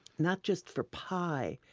not just for pie,